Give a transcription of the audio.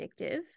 addictive